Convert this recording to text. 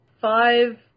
five